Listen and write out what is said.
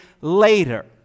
later